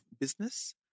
business